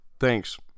Thanks